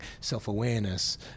self-awareness